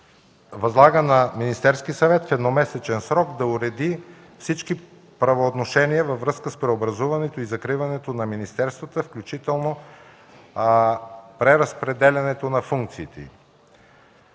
Възлага на Министерския съвет в едномесечен срок да уреди всички правоотношения във връзка с преобразуването и закриването на министерствата, включително преразпределянето на функциите